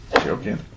Joking